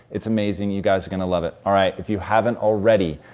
it's amazing, you guys are gonna love it. all right. if you haven't already,